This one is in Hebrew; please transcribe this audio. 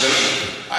החלטת ממשלה.